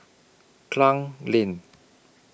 Klang Lane